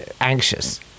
anxious